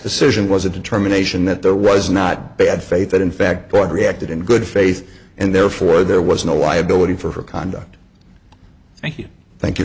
decision was a determination that there was not bad faith that in fact i reacted in good faith and therefore there was no liability for her conduct thank you thank you